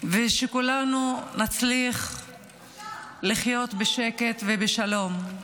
ושכולנו נצליח לחיות בשקט ובשלום.